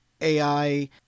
AI